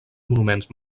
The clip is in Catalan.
monuments